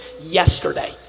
yesterday